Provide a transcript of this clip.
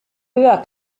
höher